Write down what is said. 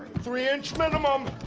three inches minimum!